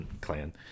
clan